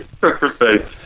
Perfect